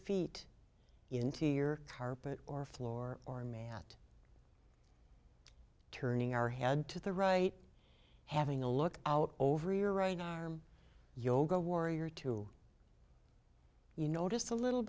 feet into your carpet or floor or man at turning our head to the right having a look out over your right arm yoga warrior two you notice a little